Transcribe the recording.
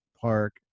park